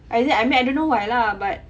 I it I mean I don't know why lah but